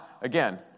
again